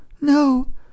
no